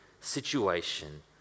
situation